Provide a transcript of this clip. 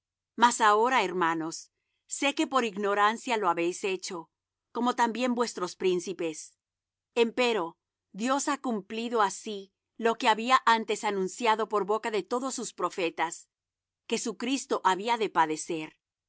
mas ahora hermanos sé que por ignorancia lo habéis hecho como también vuestros príncipes empero dios ha cumplido así lo que había antes anunciado por boca de todos sus profetas que su cristo había de padecer